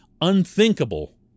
unthinkable